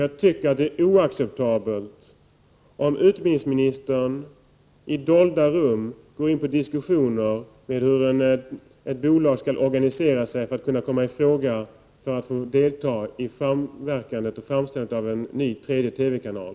Jag tycker att det är oacceptabelt om utbildningsministern i dolda rum går in i diskussioner om hur ett bolag skall organisera sig för att kunna komma i fråga för att få delta i framställandet av en ny, tredje TV-kanal.